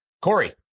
Corey